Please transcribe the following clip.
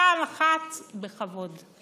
פעם אחת בכבוד.